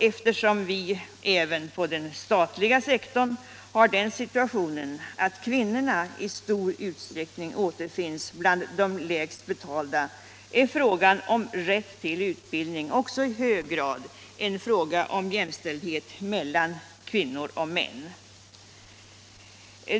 Eftersom vi även inom den statliga sektorn har den situationen att kvinnorna i stor utsträckning återfinns bland de lägst betalda är frågan om rätt till utbildning också i hög grad en fråga om jämställdhet mellan kvinnor och män.